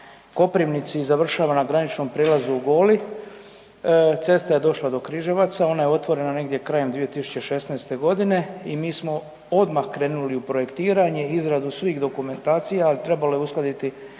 Koprivnici i završava na graničnom prijelazu u Goli. Cesta je došla do Križevaca, ona je otvorena negdje krajem 2016. g. i mi smo odmah krenuli u projektiranje i izradu svih dokumentacija, trebalo je uskladiti